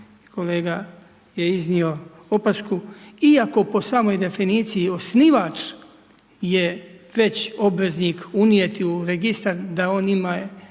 kolega je iznio opasku, iako po samoj definicija, osnivač je već obveznik unijeti u registar, da on ima